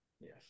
Yes